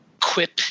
quip